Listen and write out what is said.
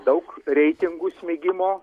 daug reitingų smigimo